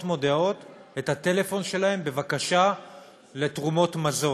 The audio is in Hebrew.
מודעות את הטלפון שלהם בבקשה לתרומות מזון.